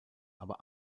aber